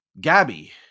Gabby